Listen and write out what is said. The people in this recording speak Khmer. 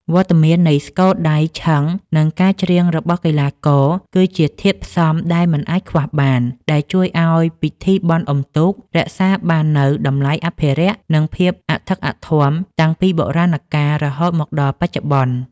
វត្តមាននៃស្គរដៃ ឈឹង និងការច្រៀងរបស់កីឡាករ គឺជាធាតុផ្សំដែលមិនអាចខ្វះបាន ដែលជួយឱ្យពិធីបុណ្យអុំទូករក្សាបាននូវតម្លៃអភិរក្ស និងភាពអធិកអធមតាំងពីបុរាណកាលរហូតមកដល់បច្ចុប្បន្ន។